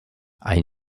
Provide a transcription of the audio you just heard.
ein